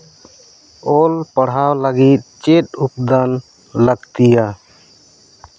ᱚᱞ ᱯᱟᱲᱦᱟᱣ ᱞᱟᱹᱜᱤᱫ ᱪᱮᱫ ᱩᱯᱟᱫᱟᱱ ᱞᱟᱹᱠᱛᱤᱭᱟ